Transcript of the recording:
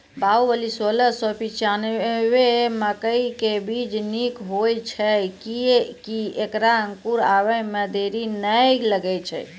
बाहुबली सोलह सौ पिच्छान्यबे मकई के बीज निक होई छै किये की ऐकरा अंकुर आबै मे देरी नैय लागै छै?